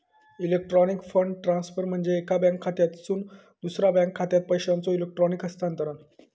electronic fund transfer म्हणजे एका bank खात्यातसून दुसरा बँक खात्यात पैशांचो इलेक्ट्रॉनिक हस्तांतरण